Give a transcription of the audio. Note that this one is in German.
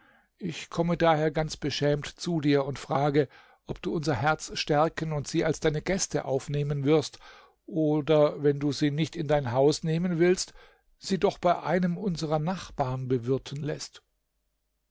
ich komme daher ganz beschämt zu dir und frage ob du unser herz stärken und sie als deine gäste aufnehmen wirst oder wenn du sie nicht in dein haus nehmen willst sie doch bei einem unserer nachbarn bewirten läßt